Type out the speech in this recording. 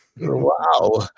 Wow